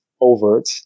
overt